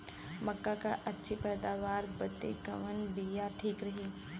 मक्का क अच्छी पैदावार बदे कवन बिया ठीक रही?